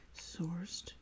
sourced